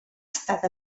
estat